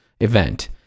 event